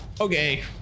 Okay